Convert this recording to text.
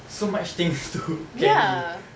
so much things to carry